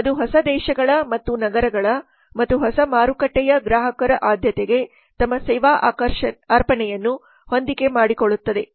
ಅದು ಹೊಸ ದೇಶಗಳ ಮತ್ತು ನಗರಗಳ ಮತ್ತು ಹೊಸ ಮಾರುಕಟ್ಟೆಯ ಗ್ರಾಹಕರ ಆದ್ಯತೆಗೆ ತಮ್ಮ ಸೇವಾ ಅರ್ಪಣೆಯನ್ನು ಹೊಂದಿಕೆ ಮಾಡಿಕೊಳ್ಳುತ್ತದೆ